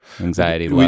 Anxiety